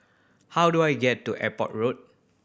how do I get to Airport Road